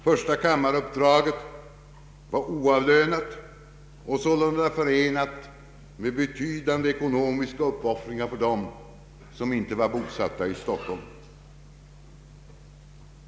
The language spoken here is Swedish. Förstakammaruppdraget var oavlönat och sålunda förenat med betydande ekonomiska uppoffringar för dem, som inte var bosatta i Stockholm.